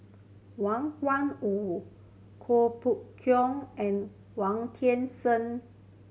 Wang Gungwu Kuo and Wong Seng